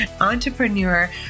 entrepreneur